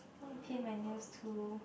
want to paint my nails too